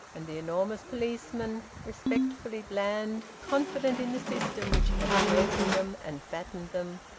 and the enormous policemen, respectfully bland, confident in the system which had chosen them and fattened them,